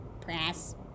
Press